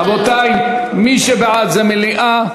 רבותי, מי שבעד זה מליאה.